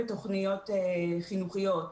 בתוכניות חינוכיות